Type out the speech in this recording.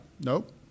Nope